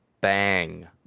bang